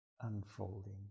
unfolding